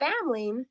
family